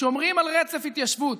ושומרים על רצף ההתיישבות,